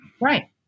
Right